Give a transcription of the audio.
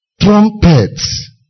trumpets